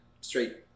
straight